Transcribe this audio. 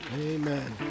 amen